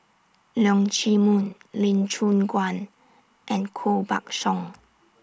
Leong Chee Mun Lee Choon Guan and Koh Buck Song